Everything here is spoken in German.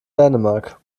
dänemark